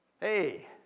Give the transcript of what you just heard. hey